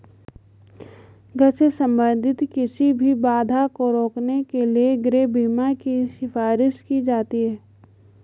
घर से संबंधित किसी भी बाधा को रोकने के लिए गृह बीमा की सिफारिश की जाती हैं